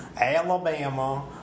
Alabama